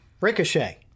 Ricochet